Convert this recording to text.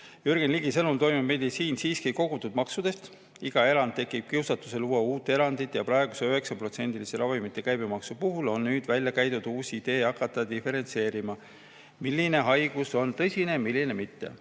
Jürgen Ligi sõnul toimib meditsiin siiski kogutud maksudest. Iga erand tekitab kiusatuse luua uut erandit ja praeguse 9%-lise ravimite käibemaksu puhul on nüüd välja käidud uus idee: hakata diferentseerima, milline haigus on tõsine ja milline mitte.